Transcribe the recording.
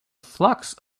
flock